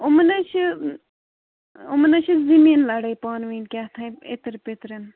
یِمَن حظ چھِ یِمَن حظ چھِ زٔمیٖن لَڑٲے پانہٕ ؤنۍ کیٛاہ تھانٛۍ اِتِر پِترِن